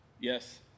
Yes